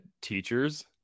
Teachers